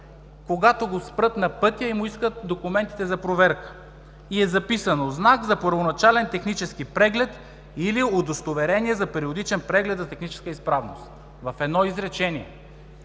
когато го спрат на пътя и му искат документите за проверка, и е записано „Знак за първоначален технически преглед или удостоверение за периодичен преглед за техническа изправност“. В едно изречение.